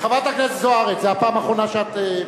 חברת הכנסת זוארץ, זאת הפעם האחרונה שאת,